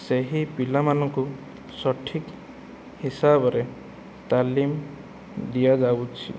ସେହି ପିଲାମାନଙ୍କୁ ସଠିକ ହିସାବରେ ତାଲିମ୍ ଦିଆଯାଉଅଛି